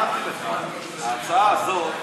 אמרתי לך, ההצעה הזאת,